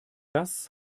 das